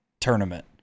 Tournament